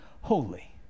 holy